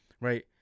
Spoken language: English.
Right